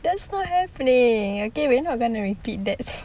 that's not happening okay we're not gonna repeat that